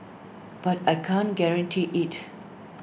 but I can't guarantee IT